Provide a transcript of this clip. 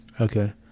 okay